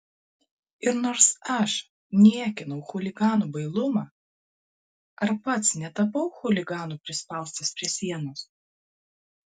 ir nors aš niekinau chuliganų bailumą ar pats netapau chuliganu prispaustas prie sienos